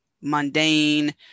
mundane